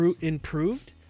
improved